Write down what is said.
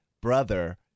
brother